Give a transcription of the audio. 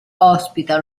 ospita